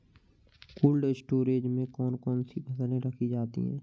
Cold storage में कौन कौन सी फसलें रखी जाती हैं?